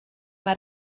mae